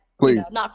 Please